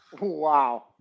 Wow